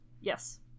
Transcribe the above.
Yes